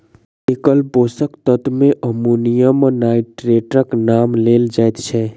एकल पोषक तत्व मे अमोनियम नाइट्रेटक नाम लेल जाइत छै